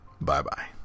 Bye-bye